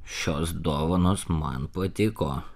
šios dovanos man patiko